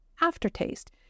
aftertaste